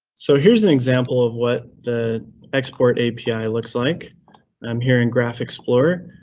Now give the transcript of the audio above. so here's an example of what the export api looks like um here in graph explorer.